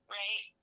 right